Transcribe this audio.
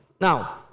Now